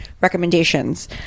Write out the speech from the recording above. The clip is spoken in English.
recommendations